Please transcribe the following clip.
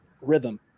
rhythm